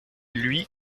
lui